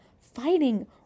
fighting